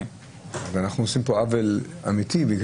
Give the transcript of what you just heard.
אנחנו עושים פה עוול אמיתי,